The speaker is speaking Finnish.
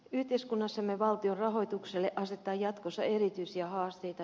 yhteiskunnassamme valtion rahoitukselle asetetaan jatkossa erityisiä haasteita